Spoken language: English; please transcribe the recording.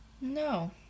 No